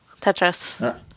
Tetris